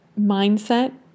mindset